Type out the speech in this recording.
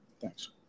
Thanks